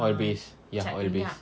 oil-based ya oil-based